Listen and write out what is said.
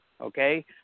okay